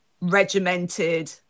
regimented